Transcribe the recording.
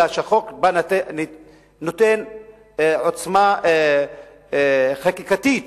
אלא שהחוק נותן עוצמה חקיקתית